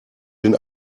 den